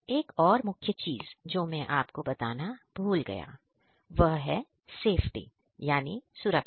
एक और मुख्य चीज जो मैं आपको बताना भूल गया वह है सेफ्टी यानी सुरक्षा